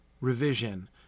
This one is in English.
revision